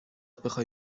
بخوای